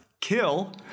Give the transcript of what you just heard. Kill